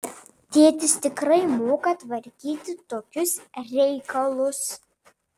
tėtis tikrai moka tvarkyti tokius reikalus